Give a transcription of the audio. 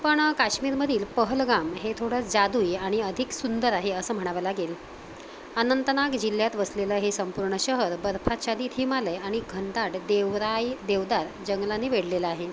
पण काश्मीरमधील पहलगाम हे थोडं जादूई आणि अधिक सुंदर आहे असं म्हणावं लागेल अनंतनाग जिल्ह्यात वसलेलं हे संपूर्ण शहर बर्फाच्छादित हिमालय आणि घनदाट देवराई देवदार जंगलाने वेढलेलं आहे